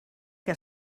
que